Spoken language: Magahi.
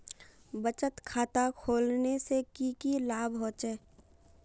बचत खाता खोलने से की की लाभ होचे?